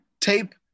tape